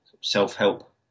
self-help